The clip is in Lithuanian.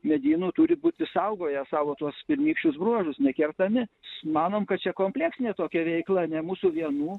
medynų turi būti išsaugoję savo tuos pirmykščius bruožus nekertami manom kad čia kompleksinė tokia veikla ne mūsų vienų